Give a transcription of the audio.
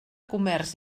comerç